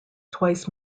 twice